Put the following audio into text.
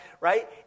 right